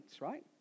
right